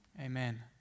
Amen